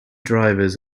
drivers